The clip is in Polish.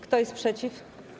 Kto jest przeciw?